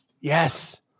Yes